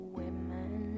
women